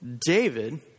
David